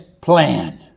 plan